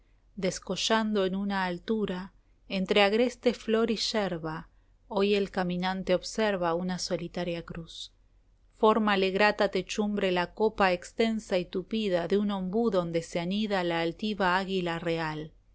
luz descollando en una altura entre agreste flor y yerba hoy el caminante observa una solitaria cruz fórmale grata techumbre la copa extensa y tupida de un ombú i donde se anida ombú rbol